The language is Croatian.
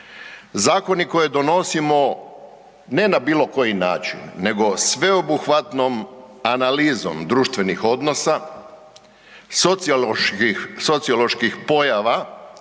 Zakoni koje donosimo ne na bilo koji način nego sveobuhvatnom analizom društvenih odnosa, socioloških pojava